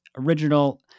original